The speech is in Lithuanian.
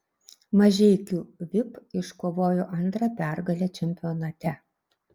mažeikių vip iškovojo antrą pergalę čempionate